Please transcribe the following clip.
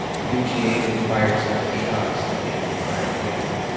noguchi aimed and fired several shots, then aimed and fired again.